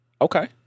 Okay